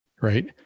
right